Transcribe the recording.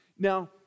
Now